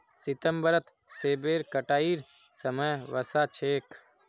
सितंबरत सेबेर कटाईर समय वसा छेक